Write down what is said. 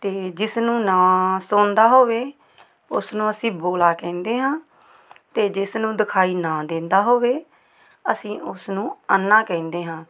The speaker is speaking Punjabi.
ਅਤੇ ਜਿਸ ਨੂੰ ਨਾ ਸੁਣਦਾ ਹੋਵੇ ਉਸਨੂੰ ਅਸੀਂ ਬੋਲਾ ਕਹਿੰਦੇ ਹਾਂ ਅਤੇ ਜਿਸ ਨੂੰ ਦਿਖਾਈ ਨਾ ਦਿੰਦਾ ਹੋਵੇ ਅਸੀਂ ਉਸਨੂੰ ਅੰਨਾ ਕਹਿੰਦੇ ਹਾਂ